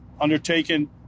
undertaken